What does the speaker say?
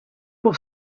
pour